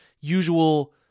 usual